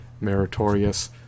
meritorious